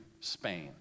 Spain